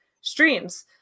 streams